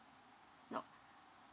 now